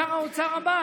שר האוצר הבא,